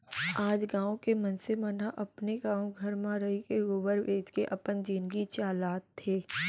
आज गॉँव के मनसे मन ह अपने गॉव घर म रइके गोबर बेंच के अपन जिनगी चलात हें